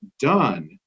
done